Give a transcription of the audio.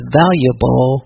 valuable